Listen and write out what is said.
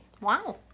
Wow